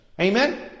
Amen